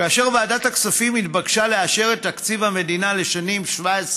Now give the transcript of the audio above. כאשר ועדת הכספים התבקשה לאשר את תקציב המדינה לשנים 2017